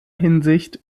hinsicht